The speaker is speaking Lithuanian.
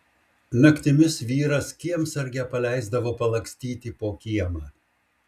naktimis vyras kiemsargę paleisdavo palakstyti po kiemą